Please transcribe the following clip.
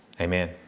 Amen